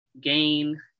gain